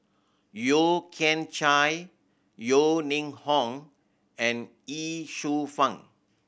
Yeo Kian Chai Yeo Ning Hong and Ye Shufang